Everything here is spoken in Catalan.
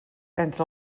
entre